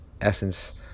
essence